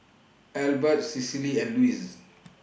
Elbert Cecily and Luz